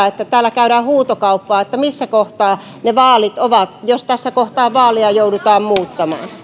että täällä käydään huutokauppaa siitä missä kohtaa ne vaalit ovat jos tässä kohtaa vaaleja joudutaan muuttamaan